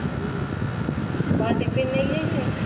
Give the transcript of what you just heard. ହଁ କ'ଣ ଟିଫିନ ନେଇକି ଯାଇଛି